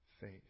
faith